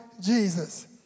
Jesus